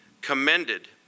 commended